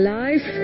life